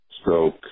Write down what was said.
stroke